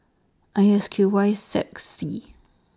I S Q Y six Z